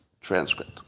transcript